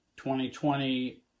2020